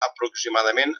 aproximadament